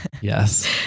yes